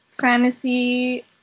fantasy